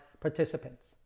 participants